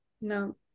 no